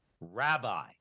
Rabbi